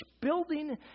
building